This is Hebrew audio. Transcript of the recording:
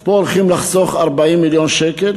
אז פה הולכים לחסוך 40 מיליון שקל